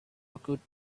occurred